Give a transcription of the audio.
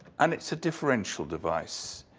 and it's a differential device.